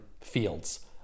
fields